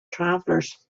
travelers